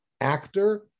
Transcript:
actor